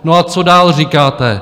No a co dál říkáte?